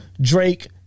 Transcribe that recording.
Drake